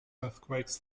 earthquakes